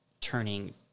turning